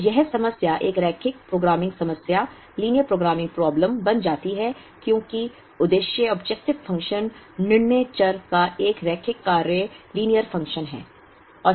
तो यह समस्या एक रैखिक प्रोग्रामिंग समस्या लीनियर प्रोग्रामिंग प्रॉब्लम बन जाती है क्योंकि उद्देश्य ऑब्जेक्टिव फ़ंक्शन निर्णय चर का एक रैखिक कार्य लीनियर फंक्शन है